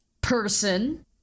person